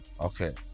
Okay